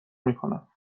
میکنم